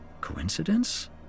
Coincidence